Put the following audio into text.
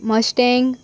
mustang